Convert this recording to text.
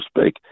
speak